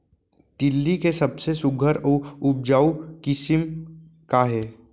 तिलि के सबले सुघ्घर अऊ उपजाऊ किसिम का हे?